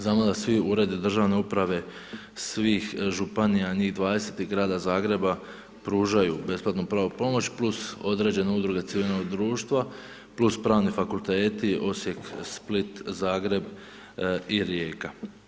Znamo da svi uredi državne uprave svih županija, njih 20 i Grada Zagreba, pružaju besplatnu pravnu pomoć plus određene udruge civilnog društva plus Pravni fakulteti Osijek, Split, Zagreb i Rijeka.